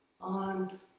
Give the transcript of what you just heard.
on